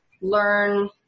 Learn